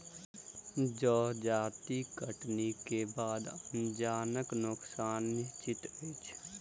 जजाति कटनीक बाद अनाजक नोकसान निश्चित अछि